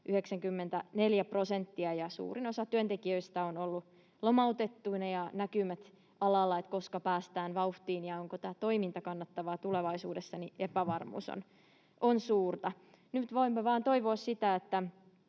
94 prosenttia ja suurin osa työntekijöistä on ollut lomautettuina. Näkymät alalla siitä, koska päästään vauhtiin ja onko toiminta kannattavaa tulevaisuudessa, ovat hyvin epävarmoja. Nyt voimme vain toivoa sitä, että